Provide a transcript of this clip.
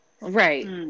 Right